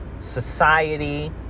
society